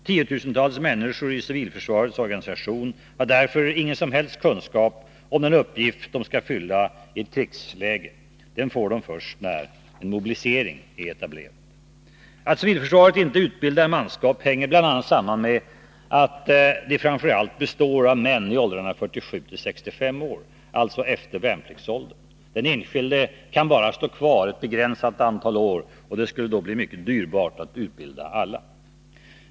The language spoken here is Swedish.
Tiotusentals människor i civilförsvarets organisation har därför ingen som helst kunskap om den uppgift de skall fylla i ett krigsläge. Den får de först när en mobilisering etablerats. Att civilförsvaret inte utbildar manskapet hänger bl.a. samman med att det framför allt består av män i åldrarna 47-65; år, det gäller alltså män som passerat värnpliktsål dern. Den enskilde kan bara stå kvar ett begränsat antal år, och det skulle då bli mycket dyrbart att utbilda alla.